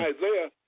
Isaiah